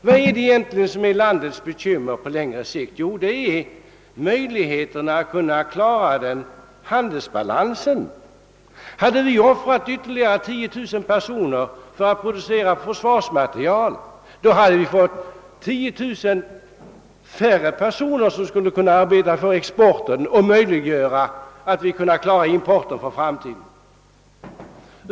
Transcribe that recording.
Vad är det egentligen som är vårt lands bekymmer på längre sikt? Jo, det är möjligheterna att klara handelsbalansen. Hade vi offrat ytterligare 10 000 personer för att producera försvarsmateriel, hade det skett en minskning med 109.000 av dem som kunde arbeta för exportnäringarna och möjliggöra för oss att betala vår import i framtiden.